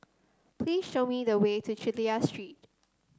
please show me the way to Chulia Street